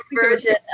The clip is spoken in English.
version